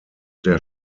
der